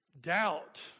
Doubt